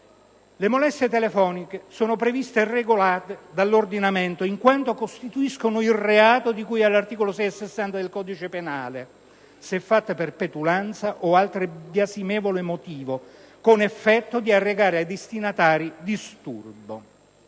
Le molestie telefoniche sono previste e regolate dall'ordinamento in quanto costituiscono il reato di cui all'articolo 660 del codice penale, se fatte per petulanza o altro biasimevole motivo con l'effetto di arrecare al destinatario disturbo.